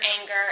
anger